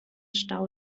stau